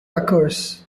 occurs